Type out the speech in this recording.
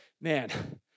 man